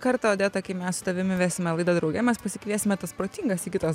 kartą odeta kai mes su tavimi vesime laidą drauge mes pasikviesime tas protingas sigitos